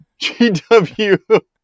GW